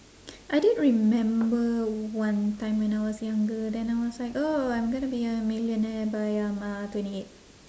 I did remember one time when I was younger then I was like oh I'm gonna be a millionaire by um uh twenty eight